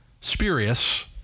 spurious